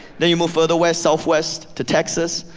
then you move further west southwest to texas,